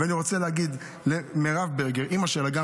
ואני רוצה להגיד למירב ברגר,